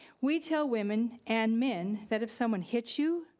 we tell women and men, that if someone hit you,